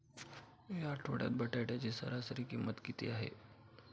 या आठवड्यात बटाट्याची सरासरी किंमत किती आहे?